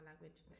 language